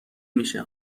میشه